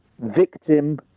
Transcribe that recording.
victim